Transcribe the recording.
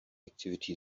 activity